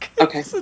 Okay